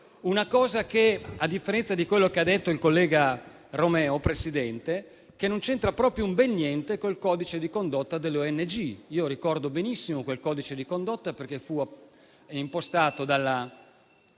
una cosa che, a differenza di quello che ha detto il collega Romeo, non c'entra proprio un bel niente con il codice di condotta delle ONG. Ricordo benissimo quel codice di condotta, perché fu impostato dalla